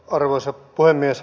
arvoisa puhemies